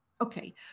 Okay